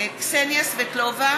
(קוראת